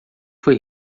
foi